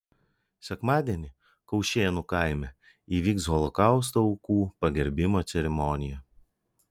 sekmadienį kaušėnų kaime įvyks holokausto aukų pagerbimo ceremonija